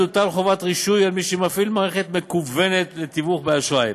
תוטל חובת רישוי על מי שמפעיל מערכת מקוונת לתיווך באשראי.